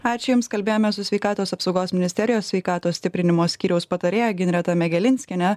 ačiū jums kalbėjomės su sveikatos apsaugos ministerijos sveikatos stiprinimo skyriaus patarėja ginreta megelinskiene